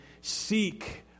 seek